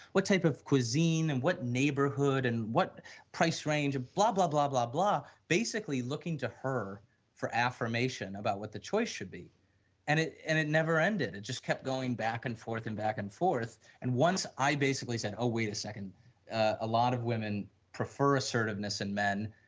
what type of cuisine and what neighborhood and what price range, and blah, blah, blah, blah, blah, basically looking to her affirmation about what the choice should be and it and it never ended it just kept going back and forth and back and forth and, once i basically said, oh, wait a second a lot of women prefer assertiveness in men.